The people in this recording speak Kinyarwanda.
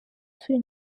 turi